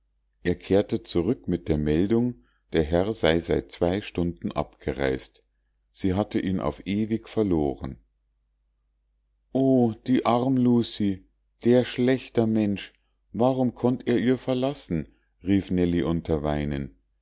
er kehrte zurück mit der meldung der herr sei seit zwei stunden abgereist sie hatte ihn auf ewig verloren o die arm lucie der schlechter mensch warum konnt er ihr verlassen rief nellie unter weinen